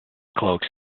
cloaks